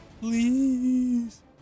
please